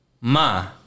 Ma